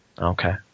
okay